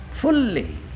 fully